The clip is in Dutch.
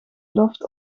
loft